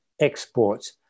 exports